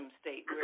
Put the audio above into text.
state